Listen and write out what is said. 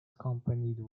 accompanied